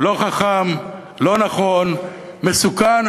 לא חכם, לא נכון, מסוכן.